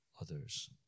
others